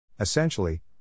Essentially